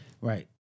Right